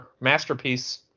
masterpiece